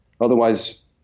Otherwise